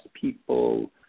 people